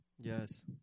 Yes